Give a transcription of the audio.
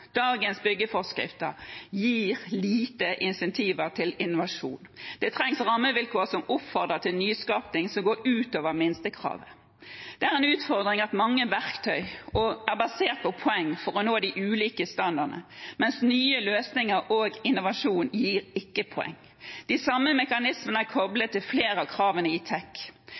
dagens byggeforskrifter gir lite insentiv til innovasjon. Det trengs rammevilkår som oppfordrer til nyskaping som går ut over minstekravene. Det er en utfordring at mange verktøy er basert på poeng for å nå de ulike standardene, mens nye løsninger og innovasjon ikke gir poeng. De samme mekanismene er koblet til flere av kravene i TEK.